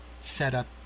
setup